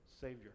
Savior